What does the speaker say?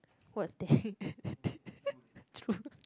what's that